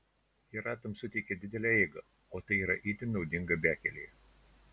ji ratams suteikia didelę eigą o tai yra itin naudinga bekelėje